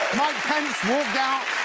pence walked out.